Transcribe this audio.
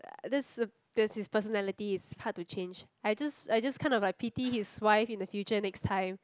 that's his personality is hard to change I just I just kind of like pity his wife in the future next time